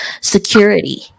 security